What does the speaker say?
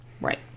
Right